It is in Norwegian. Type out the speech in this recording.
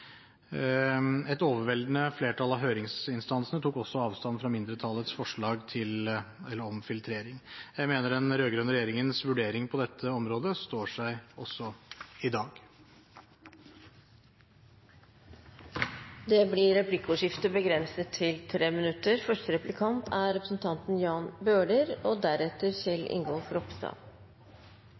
Et overveldende flertall av høringsinstansene tok også avstand fra mindretallets forslag om filtrering. Jeg mener den rød-grønne regjeringens vurdering på dette området står seg også i dag. Det blir replikkordskifte. I statsrådens svarbrev til